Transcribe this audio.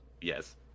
Yes